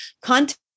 content